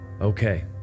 Okay